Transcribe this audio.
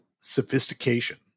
sophistication